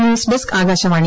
news desk Akashvani